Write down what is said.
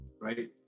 Right